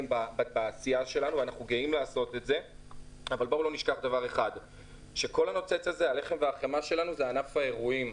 יש לזכור שהלחם והחמאה שלנו הוא ענף האירועים.